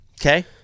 Okay